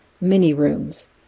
mini-rooms